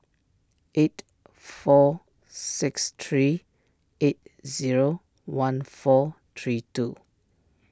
eight four six three eight zero one four three two